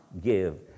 give